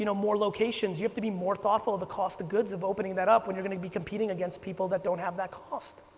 you know more locations, you have to be more thoughtful of the cost of goods of opening that up when you're going to be competing against people that don't have that cost.